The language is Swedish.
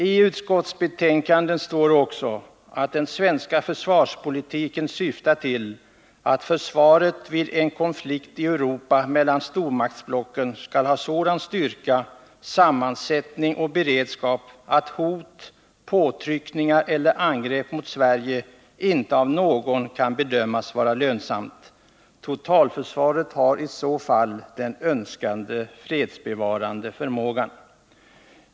I utskottsbetänkandet står också att den svenska försvarspolitiken syftar till att försvaret vid en konflikt i Europa mellan stormaktsblocken skall ha sådan styrka, sammansättning och beredskap att hot, påtryckningar eller angrepp mot Sverige inte av någon kan bedömas vara lönsamt. Totalförsvaret har i så fall den önskade fredsbevarande förmågan.